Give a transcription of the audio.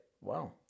Wow